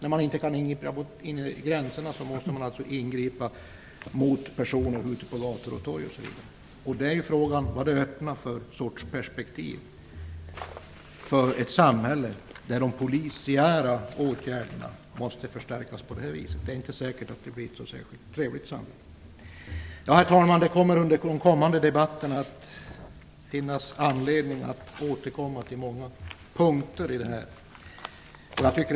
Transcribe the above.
När man inte kan agera vid gränserna måste man alltså ingripa mot personer ute på gator och torg. Frågan är då vilka perspektiv detta öppnar mot ett samhälle där de polisiära åtgärderna måste förstärkas på det viset. Det är inte säkert att detta blir ett så särskilt trevligt samhälle. Herr talman! Under de kommande debatterna kommer det att finnas anledning att återkomma till många av dessa punkter.